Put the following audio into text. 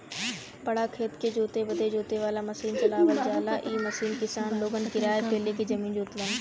बड़ा खेत के जोते बदे जोते वाला मसीन चलावल जाला इ मसीन किसान लोगन किराए पे ले के जमीन जोतलन